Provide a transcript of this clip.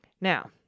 now